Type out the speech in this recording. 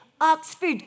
Oxford